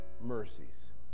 mercies